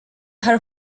her